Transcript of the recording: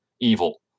evil